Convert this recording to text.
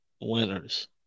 winners